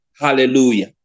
Hallelujah